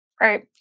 right